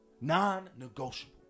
non-negotiable